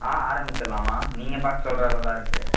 ஆ ஆரம்பிச்சுட்லாம்மா நீங்கள்பார்த்து சொல்லுறதுல தான் இருக்குது